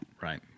Right